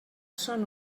són